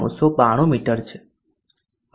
992 મી છે